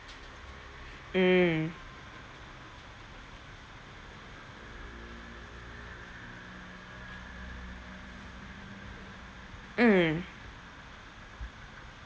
mm mm